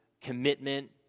commitment